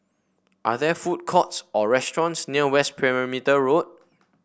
are there food courts or restaurants near West Perimeter Road